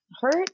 hurt